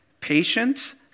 patience